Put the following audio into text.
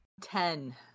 Ten